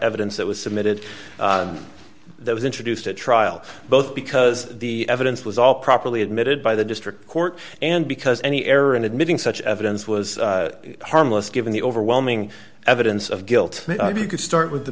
evidence that was submitted that was introduced at trial both because the evidence was all properly admitted by the district court and because any error in admitting such evidence was harmless given the overwhelming evidence of guilt you could start with the